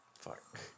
Fuck